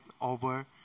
over